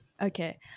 Okay